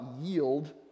yield